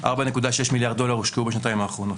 4.6 מיליארד דולר הושקעו בשנתיים האחרונות.